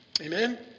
Amen